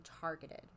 targeted